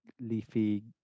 leafy